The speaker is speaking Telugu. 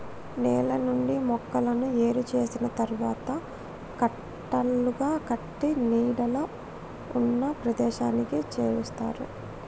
నేల నుండి మొక్కలను ఏరు చేసిన తరువాత కట్టలుగా కట్టి నీడగా ఉన్న ప్రదేశానికి చేరుస్తారు